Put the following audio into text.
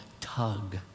tug